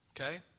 Okay